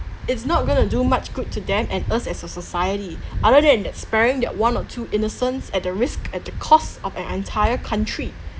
it's not going to do much good to them and us as a society other than that sparing that one or two innocents at the risk at the cost of an entire country